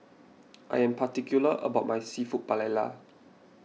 I am particular about my Seafood Paella